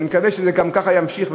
ואני מקווה שככה זה גם יימשך,